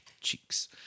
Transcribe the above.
Cheeks